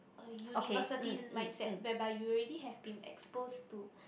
a university mindset whereby you have already been exposed to